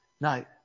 No